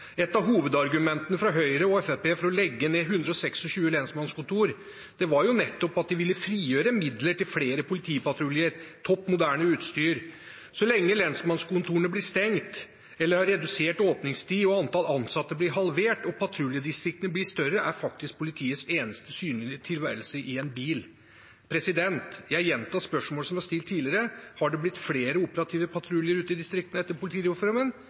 Et av hovedargumentene fra Høyre og Fremskrittspartiet for å legge ned 126 lensmannskontor var jo nettopp at de ville frigjøre midler til flere politipatruljer og topp moderne utstyr. Så lenge lensmannskontorene blir stengt eller har redusert åpningstid og antall ansatte blir halvert og patruljedistriktene blir større, er faktisk politiets eneste synlige tilstedeværelse i en bil. Jeg gjentar spørsmålet som er stilt tidligere: Har det blitt flere operative patruljer ute i distriktene etter